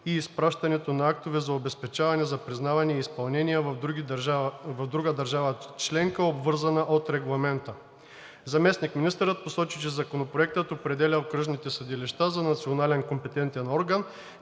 и изпращането на актове за обезпечаване за признаване и изпълнение в друга държава членка, обвързана от Регламента. Заместник-министърът посочи, че Законопроектът определя окръжните съдилища за национален компетентен орган,